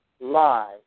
lie